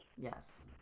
Yes